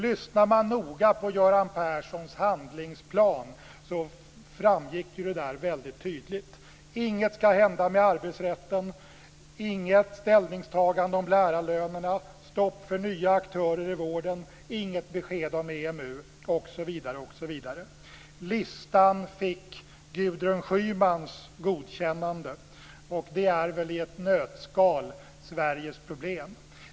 Lyssnade man noga på vad Göran Persson sade om handlingsplan framgick det där väldigt tydligt. Inget ska hända med arbetsrätten, inget ställningstagande om lärarlönerna, stopp för nya aktörer i vården, inget besked om EMU, osv. Listan fick Gudrun Schymans godkännande. Det är väl i ett nötskal Sveriges problem.